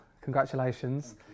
congratulations